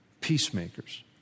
peacemakers